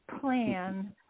plan